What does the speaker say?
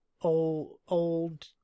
old